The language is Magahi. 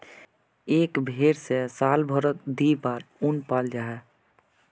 एक भेर से साल भारोत दी बार उन पाल जाहा